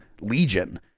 Legion